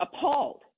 appalled